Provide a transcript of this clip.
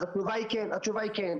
התשובה היא כן.